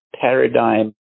paradigm